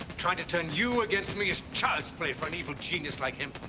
trying to turn you against me is child play for an evil genius like him.